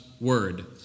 word